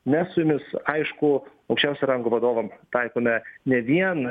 mes su jumis aišku aukščiausio rango vadovam taikome ne vien